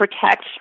protect